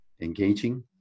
engaging